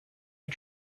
you